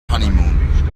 honeymoon